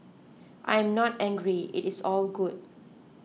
I am not angry it is all good